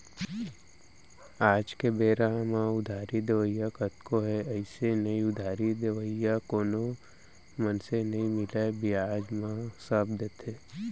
आज के बेरा म उधारी देवइया कतको हे अइसे नइ उधारी देवइया कोनो मनसे नइ मिलय बियाज म सब देथे